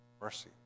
Mercy